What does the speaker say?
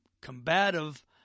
combative